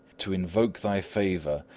to invoke thy favour,